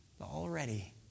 already